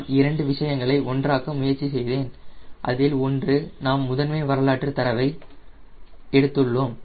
நான் இரண்டு விஷயங்களை ஒன்றாக்க முயற்சி செய்தேன் அதில் ஒன்று நாம் முதன்மை வரலாற்று தரவை எடுத்துள்ளோம்